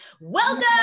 Welcome